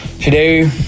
Today